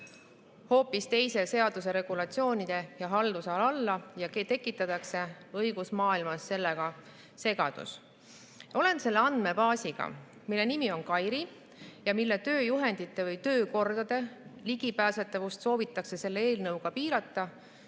hoopis teise seaduse regulatsioonide ja haldusala alla ja tekitatakse õigusmaailmas sellega segadus. Olen selle andmebaasiga, mille nimi on KAIRI ja mille tööjuhendite või töökordade ligipääsetavust soovitakse selle eelnõuga piirata,